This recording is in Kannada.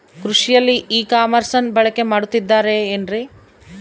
ಕೃಷಿಯಲ್ಲಿ ಇ ಕಾಮರ್ಸನ್ನ ಬಳಕೆ ಮಾಡುತ್ತಿದ್ದಾರೆ ಏನ್ರಿ?